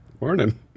Morning